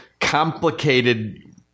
complicated